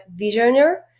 visioner